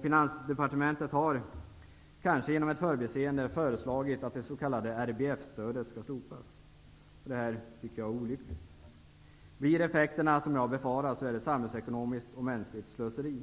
Finansdepartementet har, kanske genom ett förbiseende, föreslagit att det s.k. RBF-stödet skall slopas. Det tycker jag är olyckligt. Blir effekterna som jag befarar är det samhällsekonomiskt och mänskligt slöseri.